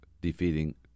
defeating